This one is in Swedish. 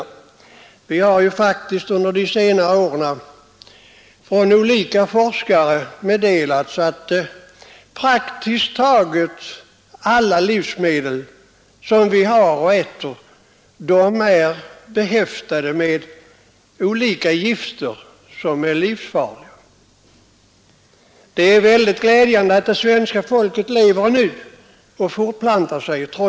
Olika forskare har under senare år meddelat att praktiskt taget alla livsmedel som vi äter innehåller livsfarliga gifter. Det är glädjande att det svenska folket trots detta lever och fortplantar sig!